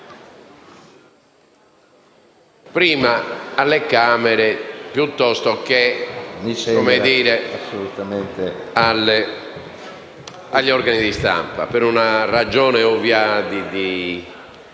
prima alle Camere piuttosto che agli organi di stampa, per una ragione ovvia di